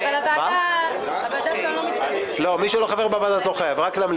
הצבעה בעד רוב נמנעים 2 ההמלצה על יושב-ראש ועדת הכספים אושרה.